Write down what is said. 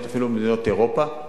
אפילו במדינות אירופה,